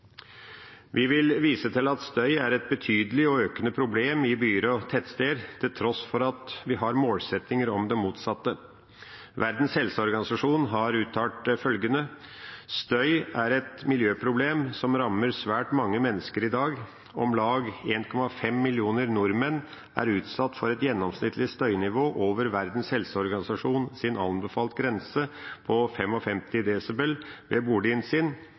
Vi vil vise til at støy er et betydelig og økende problem i byer og tettsteder, til tross for at vi har målsettinger om det motsatte. Verdens helseorganisasjon har uttalt følgende: «Støy er et miljøproblem som rammer svært mange mennesker i Norge i dag. Om lag 1,5 millioner nordmenn er utsatt for et gjennomsnittlig støynivå over Verdens helseorganisasjon sin anbefalte grense på 55 dB ved boligen sin,